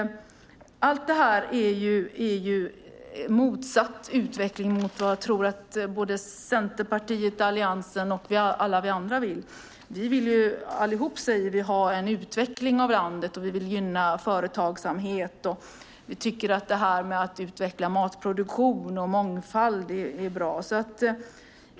Allt det här är ju en utveckling som är motsatsen till vad jag tror att såväl Centerpartiet och övriga Alliansen som alla vi andra vill. Allihop säger vi att vi vill ha en utveckling av landet. Vi vill gynna företagsamhet och tycker att såväl det här med att utveckla matproduktion som mångfald är bra.